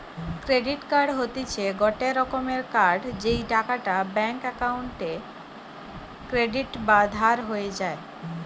credit card হতিছে গটে রকমের কার্ড যেই টাকাটা ব্যাঙ্ক অক্কোউন্টে ক্রেডিট বা ধার হয়ে যায়